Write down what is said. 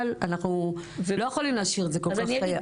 אבל אנחנו לא יכולים להשאיר את זה כל כך אפור.